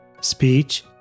speech